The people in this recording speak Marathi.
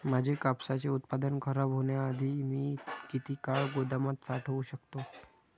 माझे कापसाचे उत्पादन खराब होण्याआधी मी किती काळ गोदामात साठवू शकतो?